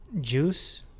juice